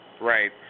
Right